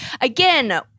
Again